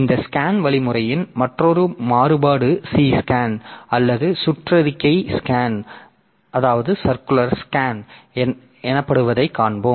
இந்த SCAN வழிமுறையின் மற்றொரு மாறுபாடு C SCAN அல்லது சுற்றறிக்கை SCAN எனப்படுவதைக் காண்போம்